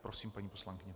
Prosím, paní poslankyně.